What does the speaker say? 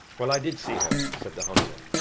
well, i did see her, said the hunter.